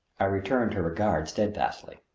i returned her regard steadfastly.